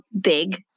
big